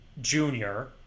Junior